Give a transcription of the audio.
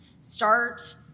Start